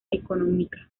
económica